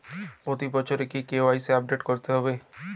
প্রতি বছরই কি কে.ওয়াই.সি আপডেট করতে হবে?